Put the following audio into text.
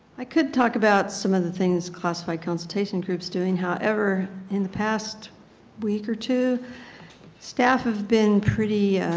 i could talk about some of the things classified consultation group is doing however, in the past week or two the staff have been pretty